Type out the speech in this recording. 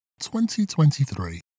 2023